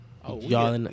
Y'all